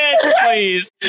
please